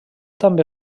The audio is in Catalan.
també